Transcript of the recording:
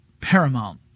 paramount